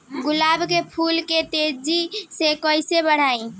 गुलाब के फूल के तेजी से कइसे बढ़ाई?